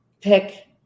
pick